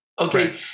Okay